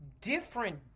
different